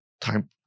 time